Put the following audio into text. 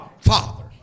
Father